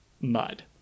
Mud